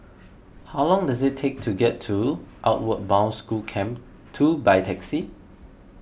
how long does it take to get to Outward Bound School Camp two by taxi